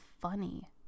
funny